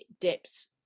depth